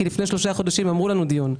כי לפני שלושה חודשים אמרו לנו דיון.